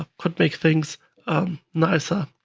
could make things nicer.